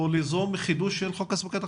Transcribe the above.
או ליזום חידוש של חוק הספקת החשמל?